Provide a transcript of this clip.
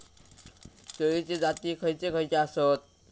केळीचे जाती खयचे खयचे आसत?